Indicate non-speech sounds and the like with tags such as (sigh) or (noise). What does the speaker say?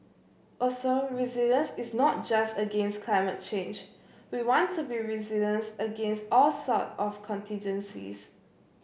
also resilience is not just against climate change we want to be (unintelligible) against all sort of contingencies